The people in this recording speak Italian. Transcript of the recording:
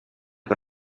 per